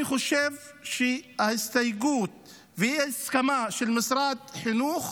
אני חושב שההסתייגות ואי-ההסכמה של משרד החינוך